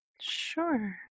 Sure